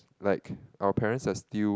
like our parents are still